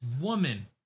woman